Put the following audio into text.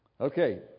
Okay